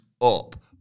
up